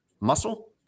muscle